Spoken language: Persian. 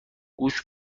گوش